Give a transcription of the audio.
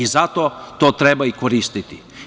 Zato to treba i koristiti.